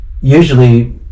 usually